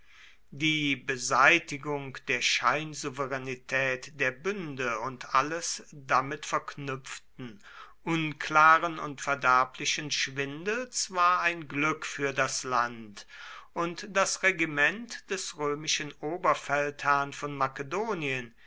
die beseitigung der scheinsouveränität der bünde und alles damit verknüpften unklaren und verderblichen schwindels war ein glück für das land und das regiment des römischen oberfeldherrn von makedonien